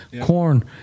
Corn